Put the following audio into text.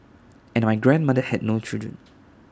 and my grandmother had no children